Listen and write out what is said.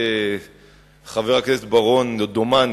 חבר הכנסת בר-און דומני,